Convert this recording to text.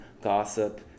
gossip